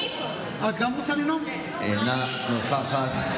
אינה נוכחת,